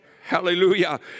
Hallelujah